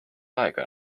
aega